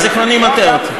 זיכרוני מטעה אותי.